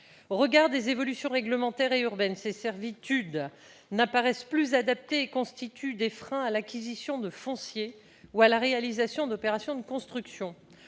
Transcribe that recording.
Au regard des évolutions réglementaires et urbaines, ces servitudes ne paraissent plus adaptées et constituent des freins à l'acquisition de foncier ou à la réalisation d'opérations de construction.